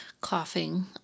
coughing